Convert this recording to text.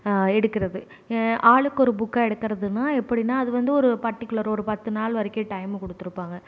எடுக்குறது ஆளுக்கு ஒரு புக்காக எடுக்குறதுனா எப்படினா அது வந்து ஒரு பர்டிக்குலர் ஒரு பத்து நாள் வரைக்கும் டைமும் கொடுத்துருப்பாங்க